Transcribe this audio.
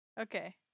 Okay